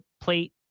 plate